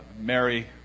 Mary